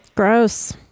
gross